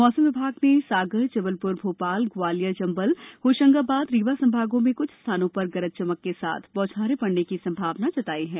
मौसम विभाग ने सागर जबलपुर भोपाल ग्वालियर चंबल होशंगाबाद रीवा संभागों में कुछ स्थानों पर गरज चमक के साथ बौछारें पड़ने की संभावाना जताई है